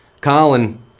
Colin